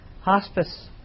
hospice